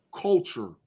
culture